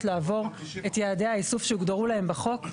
לעבור את יעדי האיסוף שהוגדרו להם בחוק,